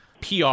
PR